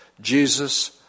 Jesus